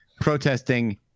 protesting